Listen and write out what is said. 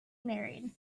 married